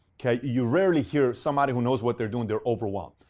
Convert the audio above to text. you rarely hear somebody who knows what they're doing, they're overwhelmed.